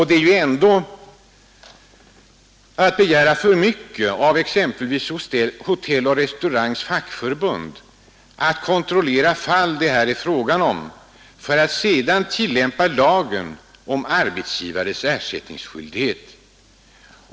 Det är väl ändå att begära för mycket av exempelvis Hotelloch restauranganställdas förbund att det skall kontrollera de fall som det här kan bli fråga om för att sedan åberopa lagen om arbetsgivares ersättningsskyldighet.